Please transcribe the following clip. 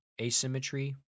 asymmetry